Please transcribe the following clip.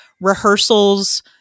rehearsals